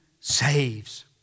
saves